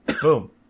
boom